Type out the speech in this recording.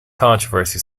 controversy